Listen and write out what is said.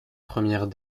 première